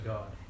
God